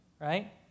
right